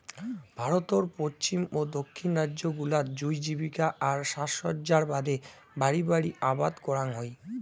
ভারতর পশ্চিম ও দক্ষিণ রাইজ্য গুলাত জুঁই জীবিকা আর সাজসজ্জার বাদে বাড়ি বাড়ি আবাদ করাং হই